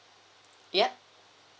yup